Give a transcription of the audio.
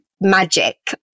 magic